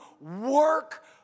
work